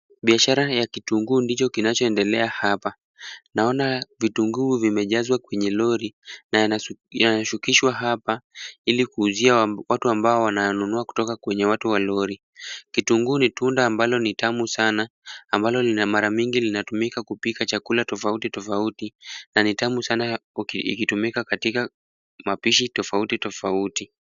Biashara cha kitunguu ndicho inachoendelea hapa. Naona vitunguu vimejazwa kwenye lori na yanashukishwa hapa ili kuuzia watu ambao wananunua kutoka kwenye watu wa lori. Kitunguu ni tunda ambalo ni tamu sana, ambalo mara mingi linatumika kupika chakula tofauti tofauti na ni tamu sana ikitumika katika mapishi tofauti tofauti.